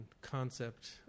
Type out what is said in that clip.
concept